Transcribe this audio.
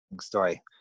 story